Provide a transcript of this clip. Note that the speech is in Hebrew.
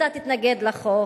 אתה תתנגד לחוק,